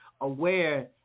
aware